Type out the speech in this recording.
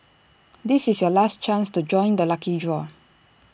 this is your last chance to join the lucky draw